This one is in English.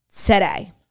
today